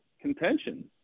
contention